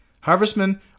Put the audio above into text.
Harvestmen